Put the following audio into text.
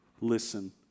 listen